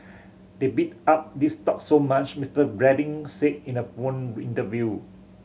they bid up these stocks so much Mister Reading said in a phone interview